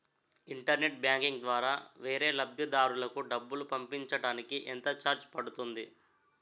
Internet banking ద్వారా వేరే లబ్ధిదారులకు డబ్బులు పంపించటానికి ఎంత ఛార్జ్ పడుతుంది?